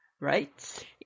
Right